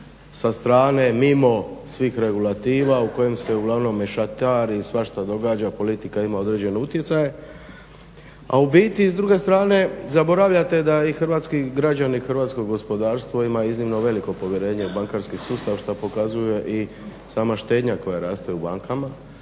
sa strane mimo svih regulativa u kojem se uglavnom šatari, svašta događa, politika ima određene utjecaje, a u biti s druge strane zaboravljate da i hrvatski građani, hrvatsko gospodarstvo imaju iznimno veliko povjerenje u bankarski sustav što pokazuje i sama štednja koja raste u bankama